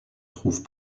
trouve